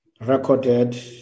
recorded